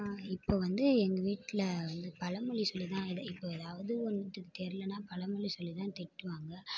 இப்போ வந்து எங்கள் வீட்டில் வந்து பழமொழி சொல்லிதான் இப்போ ஏதாவது ஒன்றுத்துக்கு தெரிலனா பழமொழி சொல்லிதான் திட்டுவாங்க